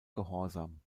gehorsam